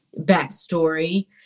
backstory